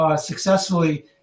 Successfully